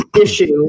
issue